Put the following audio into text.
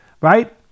right